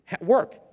work